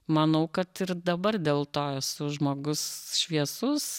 manau kad ir dabar dėl to esu žmogus šviesus